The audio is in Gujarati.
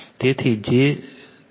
તેથી j 2 જે 1 છે તેથી તે RL 2 XL 2 હશે